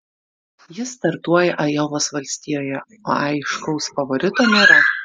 jis startuoja ajovos valstijoje o aiškaus favorito nėra